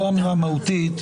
לא אמירה מהותית,